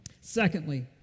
Secondly